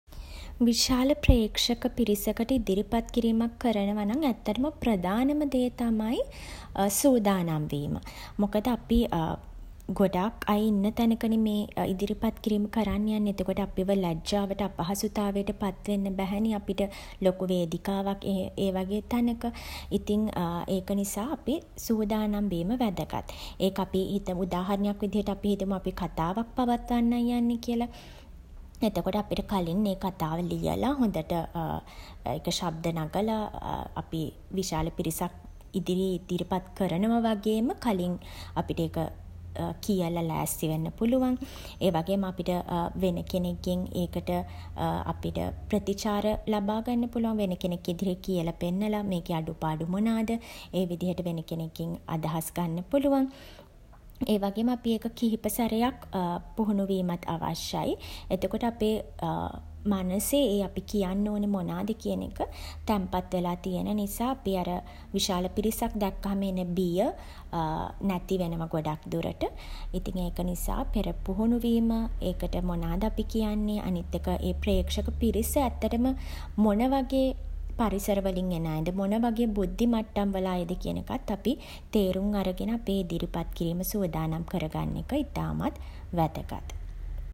විශාල ප්‍රේක්ෂක පිරිසකට ඉදිරිපත් කිරීමක් කරනවා නම් ඇත්තටම ප්‍රධානම දේ තමයි සූදානම් වීම. මොකද අපි ගොඩාක් අය ඉන්න තැනකනේ මේ ඉදිරිපත් කිරීම කරන්න යන්නේ. එතකොට අපිට ලැජ්ජාවට අපහසුතාවයට පත් වෙන්න බැහැනේ අපිට ලොකු වේදිකාවක් ඒ වගේ තැනක ඉතින් ඒක නිසා අපි සූදානම් වීම වැදගත්. ඒක අපි උදාහරණයක් විදියට හිතමු අපි කතාවක් පවත්වන්නයි යන්නේ කියලා. එතකොට අපිට කලින් ඒ කතාව ලියලා හොඳට ඒක ශබ්ද නඟලා අපි විශාල පිරිසක් ඉදිරියේ ඉදිරිපත් කරනවා වගේම කලින් අපිට ඒක කියලා ලෑස්ති වෙන්න පුළුවන්. ඒ වගේම අපිට වෙන කෙනෙක්ගෙන් ඒකට අපිට ප්‍රතිචාර ලබා ගන්න පුළුවන්. වෙන කෙනෙක් ඉදිරියේ කියල පෙන්නලා මේකේ අඩුපාඩු මොනාද ඒ විදියට වෙන කෙනෙක්ගෙන් අදහස් ගන්න පුළුවන්. ඒ වගේම අපි ඒක කිහිප සැරයක් පුහුණු වීමත් අවශ්‍යයි. එතකොට අපේ මනසේ ඒ අපි කියන්න ඕනේ මොනාද කියන එක තැන්පත් වෙලා තියෙන නිසා අපි අර විශාල පිරිසක් දැක්කහම එන බිය නැති වෙනව ගොඩක් දුරට. ඉතින් ඒක නිසා පෙර පුහුණු වීම ඒකට මොනාද අපි කියන්නේ අනිත් එක ඒ ප්‍රේක්ෂක පිරිස ඇත්තටම මොන වගේ පරිසර වලින් එන අයද මොන වගේ බුද්ධි මට්ටම් වල අයද කියන එකත් අපි තේරුම් අරගෙන අපේ ඉදිරිපත් කිරීම සූදානම් කර ගන්න එක ඉතාමත් වැදගත්.